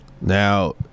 now